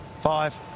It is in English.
five